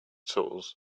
tools